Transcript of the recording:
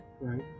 Right